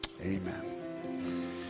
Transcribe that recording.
Amen